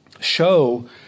show